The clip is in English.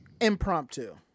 Impromptu